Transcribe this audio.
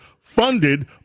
funded